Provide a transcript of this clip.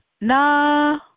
Nah